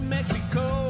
Mexico